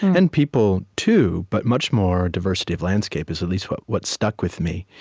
and people, too, but much more diversity of landscape is at least what what stuck with me.